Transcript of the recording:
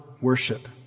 worship